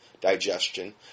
digestion